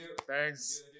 Thanks